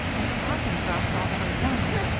my stocking drops all the way down.